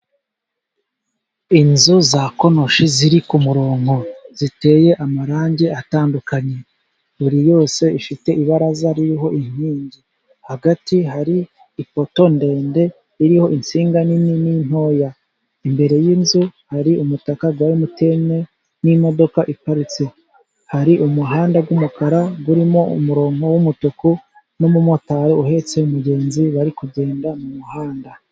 Inzu za konoshe ziri ku murongo ziteye amarangi atandukanye, buri yose ifite ibaraza ririho inkingi, hagati hari ipoto ndende iriho insinga nini n'intoya, imbere y'inzu hari umutaka wa mtn n'imodoka iparitse, hari umuhanda w'umukara urimo umurongo w'umutuku n'umumotari uhetse umugenzi bari kugenda mu muhanda.